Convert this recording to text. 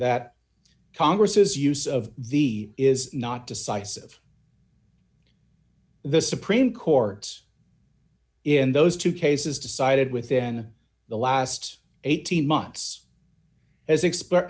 that congress is use of v is not decisive the supreme court in those two cases decided within the last eighteen months as exp